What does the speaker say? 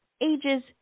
ages